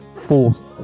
forced